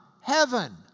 heaven